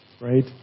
right